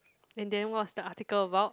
and then what's the article about